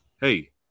Hey